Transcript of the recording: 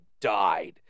died